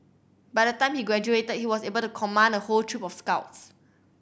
by the time he graduated he was able to command a whole troop of scouts